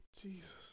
Jesus